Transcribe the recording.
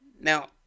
Now